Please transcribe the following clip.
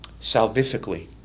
Salvifically